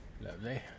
lovely